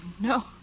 no